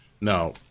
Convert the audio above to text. Now